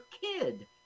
kid